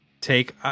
take